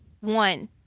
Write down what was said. One